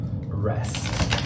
rest